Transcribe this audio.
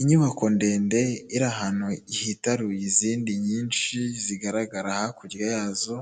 Inyubako ndende iri ahantu hitaruye izindi nyinshi zigaragara hakurya yazo,